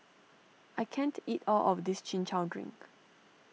I can't eat all of this Chin Chow Drink